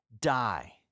die